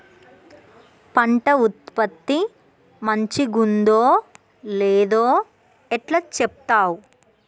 పంట ఉత్పత్తి మంచిగుందో లేదో ఎట్లా చెప్తవ్?